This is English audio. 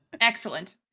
Excellent